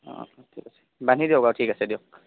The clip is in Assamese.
অঁ ঠিক আছে বান্ধি দিয়ক আৰু ঠিক আছে দিয়ক